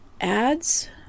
ads